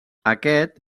aquest